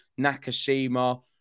Nakashima